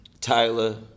Tyler